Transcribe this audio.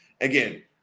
Again